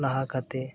ᱞᱟᱦᱟ ᱠᱟᱛᱮᱫ